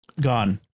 gone